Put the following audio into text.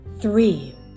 Three